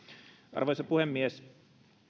arvoisa puhemies